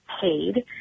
paid